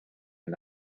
and